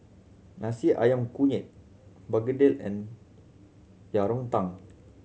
nasi ayam kunyit begedil and Yang Rou Tang